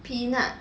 peanut